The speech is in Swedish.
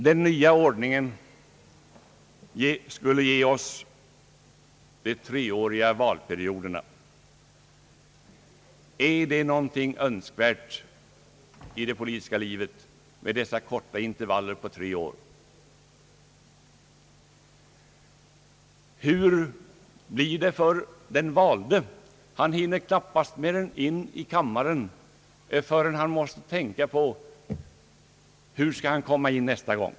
Den nya ordningen kommer att ge oss de treåriga valperioderna. Kan dessa korta intervaller på tre år verkligen vara önskvärda i det politiska livet? Hur blir det för den nyvalde riksdagsledamoten? Han hinner knappast mer än komma in i kammaren förrän han måste tänka på hur han skall komma in igen nästa period.